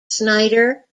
snyder